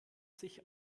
sich